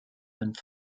and